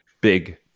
big